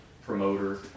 promoter